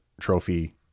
trophy